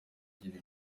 igira